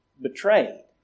betrayed